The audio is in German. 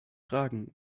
fragen